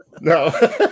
No